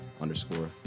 underscore